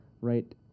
right